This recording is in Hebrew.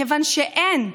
כיוון שאין,